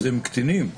הם קטינים.